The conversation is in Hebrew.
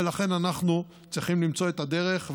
ולכן אנחנו צריכים למצוא את הדרך,